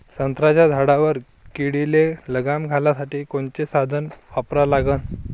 संत्र्याच्या झाडावर किडीले लगाम घालासाठी कोनचे साधनं वापरा लागन?